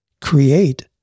create